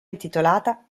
intitolata